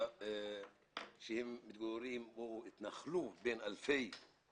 ובה נציגות יחסית של כל תושבי השכונה לתוכנית